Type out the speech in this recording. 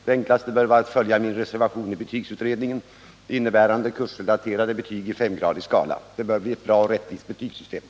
Det enklaste bör vara att följa min reservation i betygsutredningen, innebärande kursrelaterade betyg i femgradig skala. Det bör bli en bra och rättvis betygsättning.